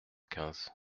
quinze